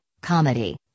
Comedy